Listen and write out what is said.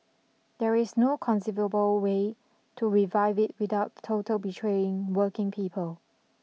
there is no conceivable way to revive it without total betraying working people